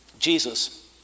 Jesus